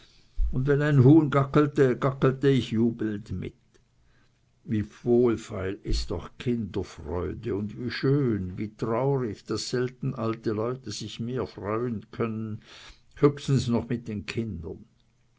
und wenn ein huhn gaggelte gaggelte ich jubelnd mit wie wohlfeil ist doch kinderfreude und wie schön und wie traurig daß selten alte leute sich recht mehr freuen können höchstens noch mit den kindern